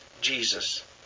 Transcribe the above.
Jesus